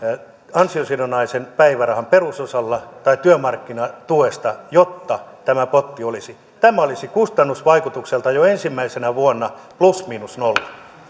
ansiosidonnaisen päivärahan perusosalla tai työmarkkinatuesta jotta tämä potti olisi kustannusvaikutukseltaan jo ensimmäisenä vuonna plus miinus nolla